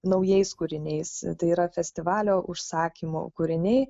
naujais kūriniais tai yra festivalio užsakymu kūriniai